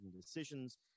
decisions